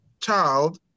child